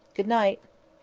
good night!